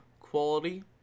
quality